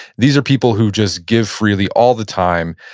these are people who just give freely all the time.